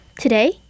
Today